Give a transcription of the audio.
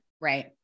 Right